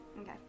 Okay